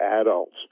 adults